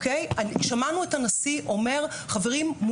שמענו את הנשיא אומר --- היו